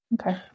Okay